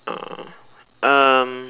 uh um